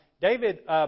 David